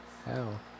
Hell